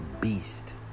Beast